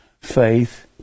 faith